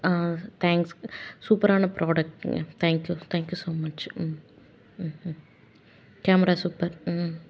thanks சூப்பரான ப்ராடக்ட்டுங்க thank you thank you so much hmm hmm hmm camera super hmm ம்